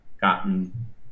gotten